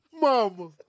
Mama